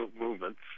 movements